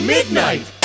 Midnight